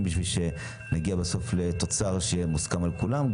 כדי שנגיע בסוף לתוצר שמוסכם על כולם.